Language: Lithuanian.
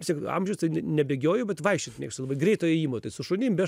vis tiek amžius tai nebėgioju bet vaikščioti mėgstu greito ėjimo tai su šunim be